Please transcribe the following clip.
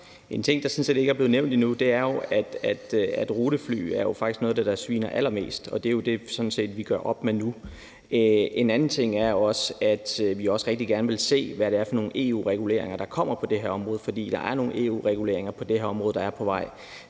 sådan set ikke er blevet nævnt endnu, er, at rutefly faktisk er noget af det, der sviner allermest, og det er jo sådan set det, vi gør op med nu. En anden ting er også, at vi rigtig gerne vil se, hvad det er for nogle EU-reguleringer, der kommer på det her område, for der er nogle EU-reguleringer på vej på det her område.